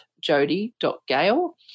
jody.gale